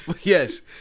Yes